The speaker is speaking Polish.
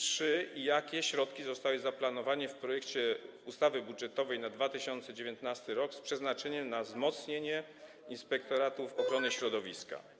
Czy i jakie środki zostały zaplanowane w projekcie ustawy budżetowej na 2019 r. z przeznaczeniem na wzmocnienie inspektoratów ochrony środowiska?